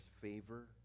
favor